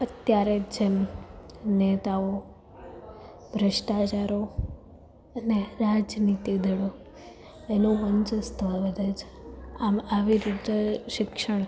અત્યારે જેમ નેતાઓ ભ્રષ્ટાચારો અને રાજનીતિ દળો એનું વર્ચસ્વ વધે છે આમ આવી રીતે શિક્ષણ